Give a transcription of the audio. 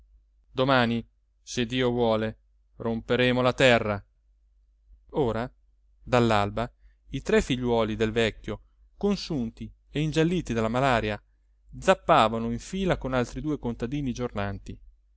domani se dio vuole romperemo la terra ora dall'alba i tre figliuoli del vecchio consunti e ingialliti dalla malaria zappavano in fila con altri due contadini giornanti